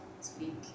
speak